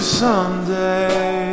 someday